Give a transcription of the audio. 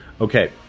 Okay